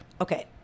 Okay